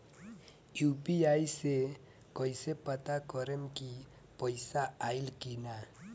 UPI से कईसे पता करेम की पैसा आइल की ना?